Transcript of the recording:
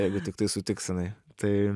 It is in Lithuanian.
jeigu tiktai sutiks jinai tai